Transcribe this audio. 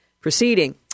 proceeding